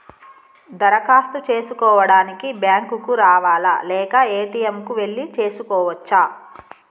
దరఖాస్తు చేసుకోవడానికి బ్యాంక్ కు రావాలా లేక ఏ.టి.ఎమ్ కు వెళ్లి చేసుకోవచ్చా?